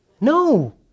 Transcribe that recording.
No